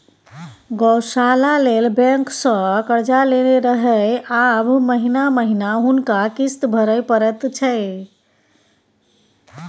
गौशाला लेल बैंकसँ कर्जा लेने रहय आब महिना महिना हुनका किस्त भरय परैत छै